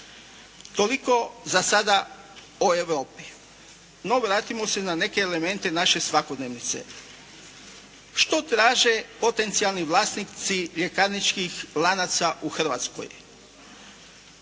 Toliko za sada o Europi. No vratimo se na neke elemente naše svakodnevnice. Što traže potencijalni vlasnici ljekarničkih lanaca u Hrvatskoj?